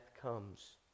comes